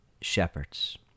shepherds